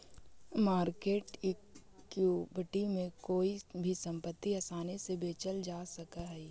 market equity में कोई भी संपत्ति आसानी से बेचल जा सकऽ हई